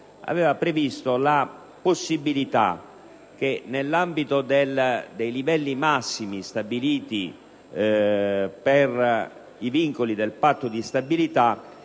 ed opposizione, la possibilità che nell'ambito dei livelli massimi stabiliti per i vincoli del Patto di stabilità